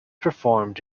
performed